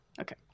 Okay